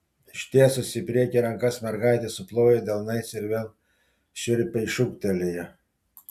ištiesusi į priekį rankas mergaitė suplojo delnais ir vėl šiurpiai šūktelėjo